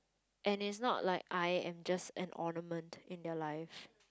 and it's not like I am just an ornament in their life